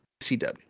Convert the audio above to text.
CW